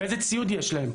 ואיזה ציוד יש להם,